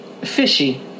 Fishy